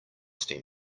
steam